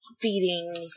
feedings